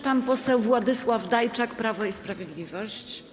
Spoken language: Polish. Pan poseł Władysław Dajczak, Prawo i Sprawiedliwość.